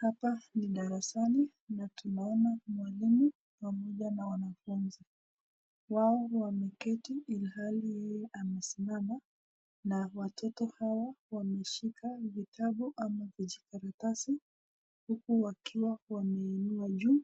Hapa ni darasani na tunaona mwalimu pamoja na wanafunzi, wao wamekati ilhali yeye amesimama, na watoto hawa wameshika vitabu ama vijikaratasi, huku wakiwa wainua juu,